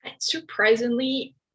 Surprisingly